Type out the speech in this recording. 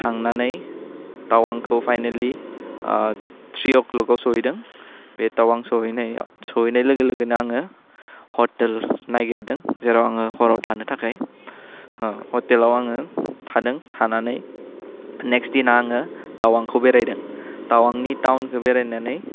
थांनानै टावांखौ फाइनालि ओह ट्रि अक्लकआव सहैदों बे टावां सहैनायाव सहैनाय लोगो लोगोनो आङो हटेल नागिरदों जेराव आङो हराव थानो थाखाय अह हटेलाव आङो थादों थानानै नेक्स दिन आङो टावांखौ बेरायदों टावांनि टावनखौ बेरायनानै